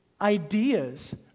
ideas